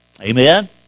Amen